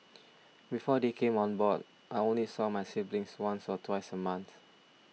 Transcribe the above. before they came on board I only saw my siblings once or twice a month